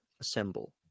assemble